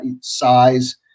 size